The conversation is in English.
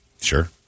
Sure